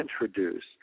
introduce